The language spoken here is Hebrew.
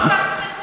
ההוצאות הצטמצמו,